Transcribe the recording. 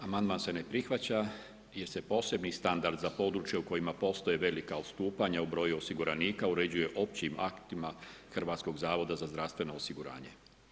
Amandman se ne prihvaća jer se posebni standard za područje u kojima postoje velika odstupanja u broju osiguranika uređuje općim aktima Hrvatskog zavoda za zdravstveno osiguranje.